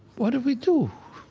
what did we do?